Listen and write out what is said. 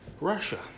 Russia